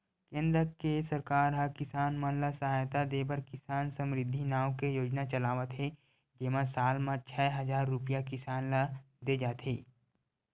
केंद्र के सरकार ह किसान मन ल सहायता देबर किसान समरिद्धि नाव के योजना चलावत हे जेमा साल म छै हजार रूपिया किसान ल दे जाथे